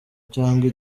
cyangwa